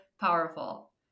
powerful